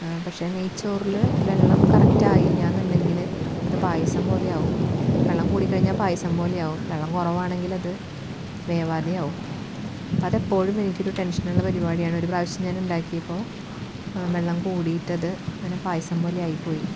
പക്ഷേ നെയ് ചോറിൽ വെള്ളം കറക്റ്റ് ആയില്ല എന്നുണ്ടെങ്കിൽ അത് പായസം പോലെയാകും വെള്ളം കൂടി കഴിഞ്ഞാൽ പായസം പോലെയാകും വെള്ളം കുറവാണെങ്കിൽ അത് വേവാതെയാവും അപ്പം അതെപ്പോഴും എനിക്ക് ടെൻഷനുള്ള ഒരു പരിപാടിയാണ് ഒരു പ്രാവശ്യം ഞാനുണ്ടാക്കിയപ്പോ വെള്ളം കൂടീട്ടത് ഇങ്ങനെ പായസം പോലെയായി പോയി